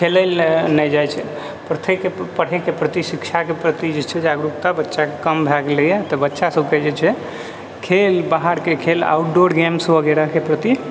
खेलए लए नहि जाइत छै पढ़एके प्रति शिक्षाके प्रति जे छै जागरूकता बच्चाकेँ कम भए गेलैए हँ तऽ बच्चा सबके जे छै खेल बाहरके खेल आउट्डोर गेम्स वगैरहके प्रति